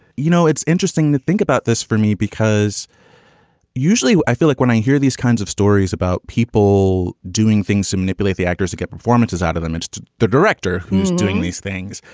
you know, it's interesting to think about this for me because usually i feel like when i hear these kinds of stories about people doing things to manipulate the actors, to get performances out of them, it's the director who's doing these things.